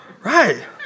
Right